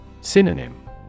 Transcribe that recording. Synonym